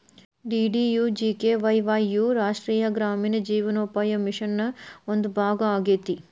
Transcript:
DDUGKY ವಾಯ್ ಯು ರಾಷ್ಟ್ರೇಯ ಗ್ರಾಮೇಣ ಜೇವನೋಪಾಯ ಮಿಷನ್ ನ ಒಂದು ಭಾಗ ಆಗೇತಿ